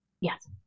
Yes